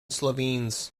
slovenes